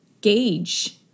gauge